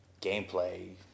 gameplay